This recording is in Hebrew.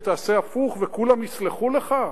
ותעשה הפוך וכולם יסלחו לך?